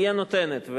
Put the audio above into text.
היא הנותנת,